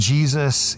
Jesus